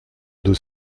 deux